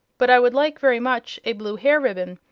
but i would like very much a blue hair-ribbon.